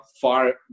far